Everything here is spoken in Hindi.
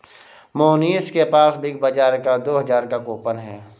मोहनीश के पास बिग बाजार का दो हजार का कूपन है